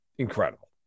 Incredible